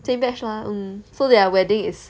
这 batch lah so their wedding is